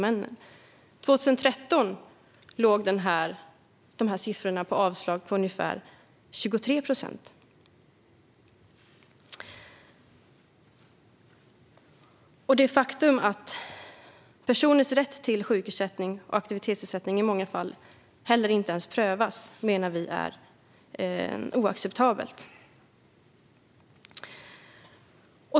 År 2013 låg siffran på ca 23 procent. Men det faktum att personers rätt till sjukersättning och aktivitetsersättning i många fall inte ens prövas är givetvis oacceptabelt.